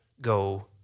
go